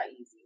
easy